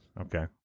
okay